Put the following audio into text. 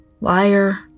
Liar